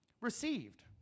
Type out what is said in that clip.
Received